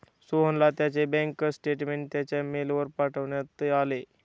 सोहनला त्याचे bank statement त्याच्या मेलवर पाठवण्यात आले